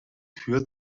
führt